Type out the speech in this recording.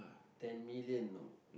ten million you know